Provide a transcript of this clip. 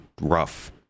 rough